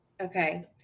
okay